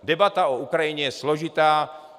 Debata o Ukrajině je složitá.